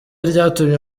ryatumye